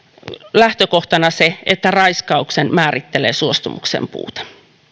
lähtökohtana se että raiskauksen määrittelee suostumuksen puute